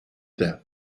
death